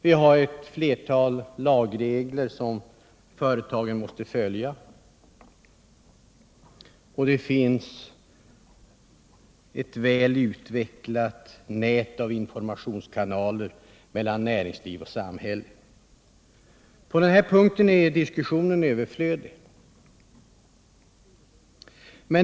Vi har ett flertal lagregler som de måste följa, och det finns ett väl utvecklat nät av informationskanaler mellan näringsliv och samhälle. På den här punkten är diskussionen överflödig.